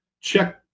check